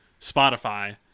Spotify